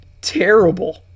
terrible